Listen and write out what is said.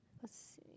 cause it